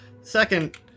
Second